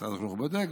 משרד החינוך בודק,